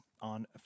on